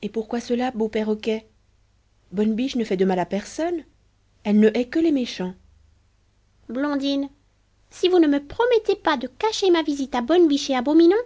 et pourquoi cela beau perroquet bonne biche ne fait de mal à personne elle ne hait que les méchants blondine si vous ne me promettez pas de cacher ma visite à bonne biche et à beau minon